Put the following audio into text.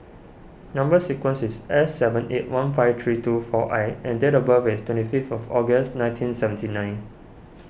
Number Sequence is S seven eight one five three two four I and date of birth is twenty fifth of August nineteen seventy nine